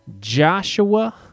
Joshua